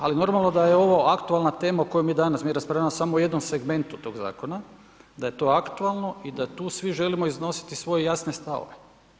Ali normalno da je ovo aktualna tema o kojoj mi danas mi raspravljamo o samo jednom segmentu toga zakona, da je to aktualno i da tu svi želimo iznositi svoje jasne stavove.